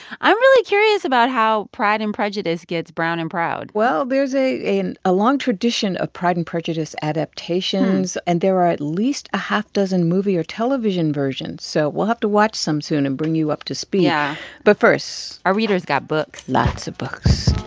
i'm really curious about how pride and prejudice gets brown and proud well, there's a a long tradition of pride and prejudice adaptations, and there are at least a half-dozen movie or television versions. so we'll have to watch some soon and bring you up to speed yeah but first. our readers got books lots of books